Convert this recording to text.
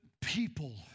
people